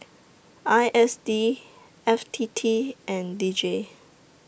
I S D F T T and D J